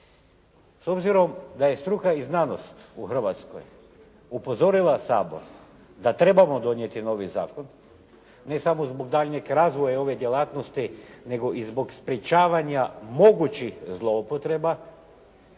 S obzirom da je struka i znanost u Hrvatskoj upozorila Sabor da trebamo donijeti novi zakon ne samo zbog daljnjeg razvoja ove djelatnosti, nego i zbog sprječavanja mogućih zloupotreba,